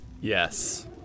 Yes